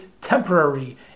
temporary